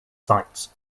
sites